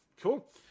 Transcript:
Cool